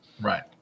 Right